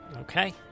Okay